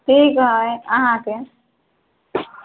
ठीक हइ अहाँके